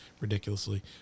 ridiculously